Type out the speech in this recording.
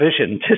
vision